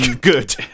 good